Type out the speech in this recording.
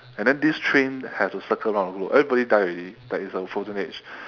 and then this train has a circle round who everybody die already like it's a frozen age